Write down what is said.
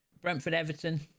Brentford-Everton